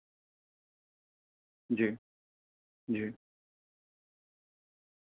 جی جی